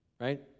right